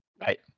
Right